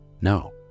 No